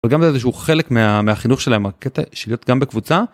וגם איזה שהוא חלק מהחינוך שלהם הקטע של להיות גם בקבוצה.